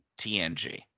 TNG